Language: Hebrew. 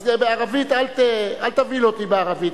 אז אל תבהיל אותי בערבית,